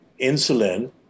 insulin